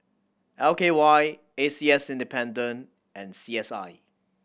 L K Y A C S and C S I